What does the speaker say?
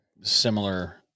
similar